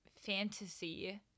fantasy